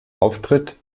auftritt